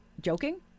Joking